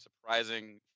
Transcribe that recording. surprising